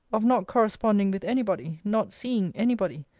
of not corresponding with any body, not seeing any body,